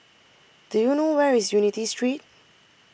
Do YOU know Where IS Unity Street